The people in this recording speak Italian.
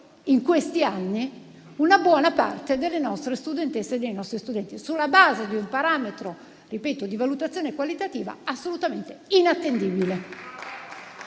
in questi anni una buona parte delle nostre studentesse e dei nostri studenti: sulla base di un parametro di valutazione qualitativa assolutamente inattendibile.